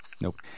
Nope